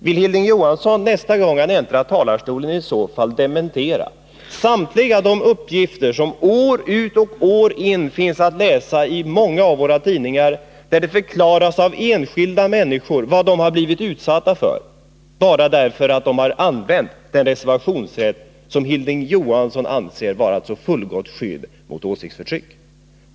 Vill Hilding Johansson nästa gång han äntrar talarstolen i så fall dementera samtliga de uppgifter som år ut och år in finns att läsa i många av våra tidningar om hur enskilda människor har blivit utsatta för trakasserier, bara för att de har använt den reservationsrätt som Hilding Johansson anser vara ett så fullgott skydd mot åsiktsförtryck!